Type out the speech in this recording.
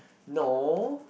no